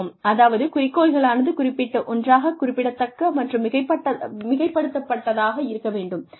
அதாவது குறிக்கோளானது குறிப்பிட்ட ஒன்றாக குறிப்பிடத்தக்க மற்றும் மிகைப்படுத்தப்பட்டதாக இருக்க வேண்டும்